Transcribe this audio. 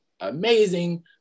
amazing